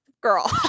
Girl